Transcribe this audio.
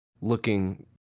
looking